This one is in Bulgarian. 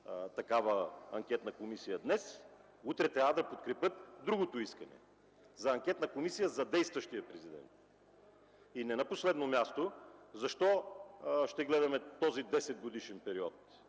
такава анкетна комисия днес, утре трябва да подкрепят другото искане – за анкетна комисия за действащия президент. И не на последно място – защо ще гледаме този 10-годишен период?